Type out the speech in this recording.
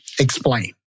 explain